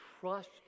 trust